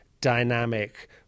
dynamic